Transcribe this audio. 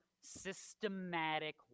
systematic